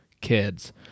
kids